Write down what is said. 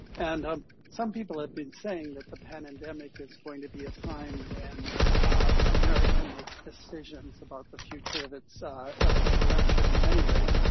and um some people have been saying that the pandemic is going to be a time when america makes decisions about the future of its ah of its direction in many ways,